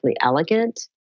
elegant